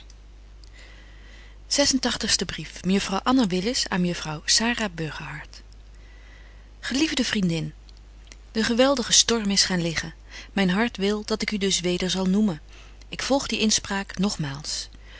en tagtigste brief mejuffrouw anna willis aan mejuffrouw sara burgerhart geliefde vriendin de geweldige storm is gaan leggen myn hart wil dat ik u dus weder zal noemen ik volg die inspraak nogmaals